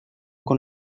con